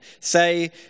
say